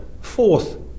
fourth